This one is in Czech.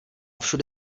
všude